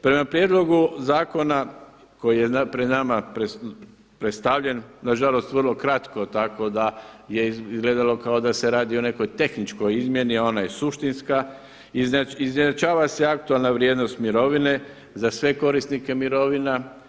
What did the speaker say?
Prema prijedlogu zakona koji je pred nama predstavljen nažalost vrlo kratko, tako da je izgledalo kao da se radi o nekoj tehničkoj izmjeni a ona je suštinska, izjednačava se aktualna vrijednost mirovine za sve korisnike mirovina.